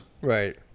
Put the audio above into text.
Right